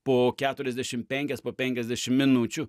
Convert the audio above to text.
po keturiasdešim penkias po penkiasdešim minučių